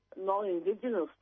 non-Indigenous